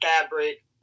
fabric